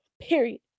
period